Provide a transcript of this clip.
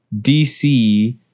dc